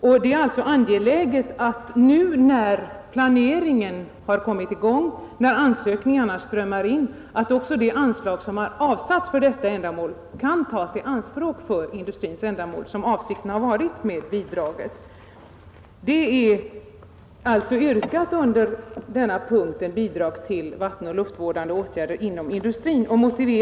Och när nu planeringen har kommit i gång och ansökningarna strömmar in är det därför angeläget att det anslag som avsatts för detta ändamål kan tas i anspråk av industrin, som avsikten hela tiden har varit. Detta är också yrkat under denna punkt, Bidrag till vattenoch luftvårdande åtgärder inom industrin.